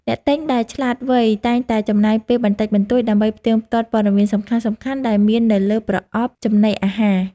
អ្នកទិញដែលឆ្លាតវៃតែងតែចំណាយពេលបន្តិចបន្តួច ដើម្បីផ្ទៀងផ្ទាត់ព័ត៌មានសំខាន់ៗដែលមាននៅលើប្រអប់ចំណីអាហារ។